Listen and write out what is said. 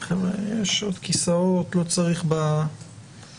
חבר'ה, יש עוד כיסאות, לא צריך לשבת ביציע.